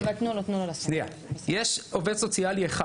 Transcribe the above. כרגע יש אמנם עובד סוציאלי אחד,